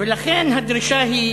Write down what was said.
ולכן הדרישה היא